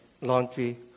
laundry